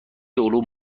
علوم